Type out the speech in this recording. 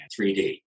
3D